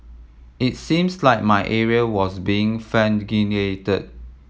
it seems like my area was being